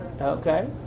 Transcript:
Okay